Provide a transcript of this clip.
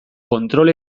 kontrol